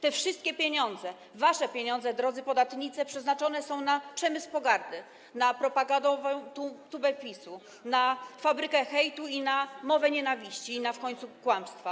Te wszystkie pieniądze, wasze pieniądze, drodzy podatnicy, przeznaczone są na przemysł pogardy, na propagandową tubę PiS, na fabrykę hejtu i na mowę nienawiści, i w końcu na kłamstwa.